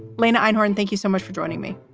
lena and horne, thank you so much for joining me.